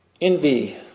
Envy